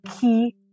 key